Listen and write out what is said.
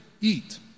eat